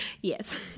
Yes